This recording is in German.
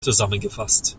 zusammengefasst